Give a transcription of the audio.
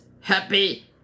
happy